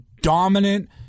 dominant